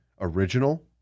original